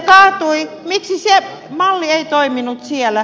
miksi se malli ei toiminut siellä